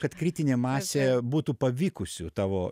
kad kritinė masė būtų pavykusių tavo